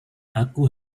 aku